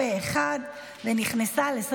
בעד, אחד, אין מתנגדים, אין נמנעים.